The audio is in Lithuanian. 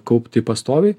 kaupti pastoviai